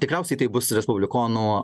tikriausiai tai bus respublikonų